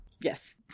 yes